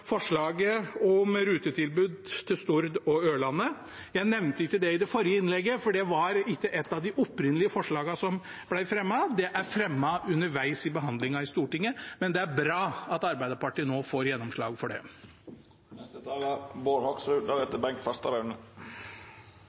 det var ikke et av de opprinnelige forslagene som ble fremmet, det er fremmet underveis i behandlingen i Stortinget, men det er bra at Arbeiderpartiet nå får gjennomslag for det.